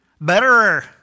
betterer